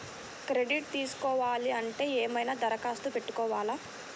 Credit తీసుకోవాలి అంటే ఏమైనా దరఖాస్తు పెట్టుకోవాలా?